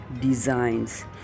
designs